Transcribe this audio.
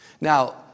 Now